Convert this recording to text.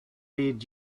did